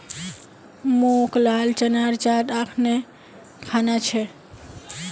मोक लाल चनार चाट अखना खाना छ